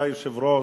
אדוני היושב-ראש,